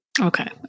Okay